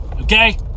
okay